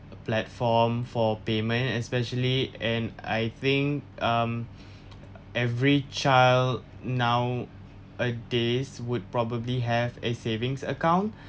platform for payment especially and I think um every child now a days would probably have a savings account